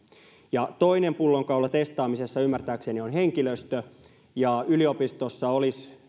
ja toinen pullonkaula testaamisessa ymmärtääkseni on henkilöstö yliopistossa olisi